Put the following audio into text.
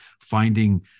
finding